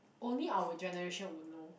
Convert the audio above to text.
only our generation would know